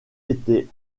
étaient